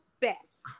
best